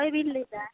ᱚᱠᱚᱭ ᱵᱤᱱ ᱞᱟᱹᱭ ᱮᱫᱟ